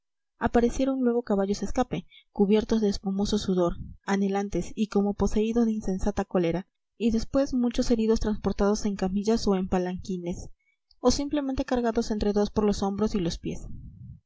aparecieron luego caballos a escape cubiertos de espumoso sudor anhelantes y como poseídos de insensata cólera y después muchos heridos transportados en camillas o en palanquines o simplemente cargados entre dos por los hombros y los pies